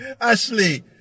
Ashley